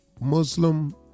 Muslim